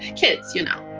kids, you know,